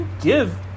give